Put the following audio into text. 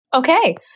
Okay